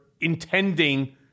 intending